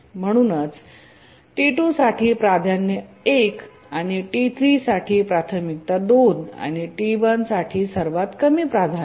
म्हणून T2 साठी प्राधान्य 1 T3 साठी प्राथमिकता 2 आणि T1 साठी सर्वात कमी प्राधान्य